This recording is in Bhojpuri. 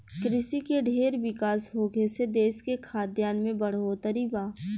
कृषि के ढेर विकास होखे से देश के खाद्यान में बढ़ोतरी बा